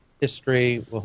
history